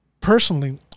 personally